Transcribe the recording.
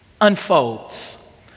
unfolds